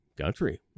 country